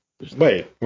Wait